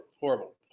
Horrible